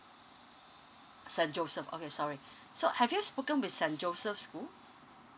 saint joseph okay sorry so have you spoken with saint joseph school